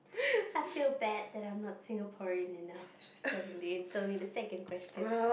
I feel bad that I'm not Singaporean enough certainly it's only the second question